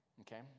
Okay